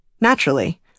Naturally